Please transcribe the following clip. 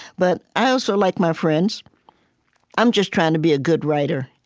but i also like my friends i'm just trying to be a good writer.